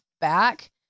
back